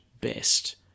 best